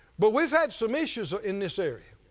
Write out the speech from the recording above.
but we've had some issues ah in this area